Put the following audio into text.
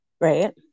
Right